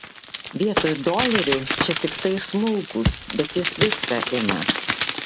vietoj dolerių čia tiktai smulkūs bet jis viską ima